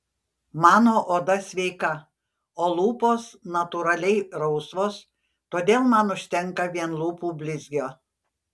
mano oda sveika o lūpos natūraliai rausvos todėl man užtenka vien lūpų blizgio